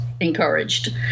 encouraged